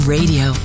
Radio